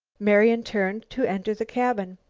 marian turned to enter the cabin.